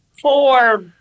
four